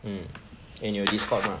mm eh 你有 Discord mah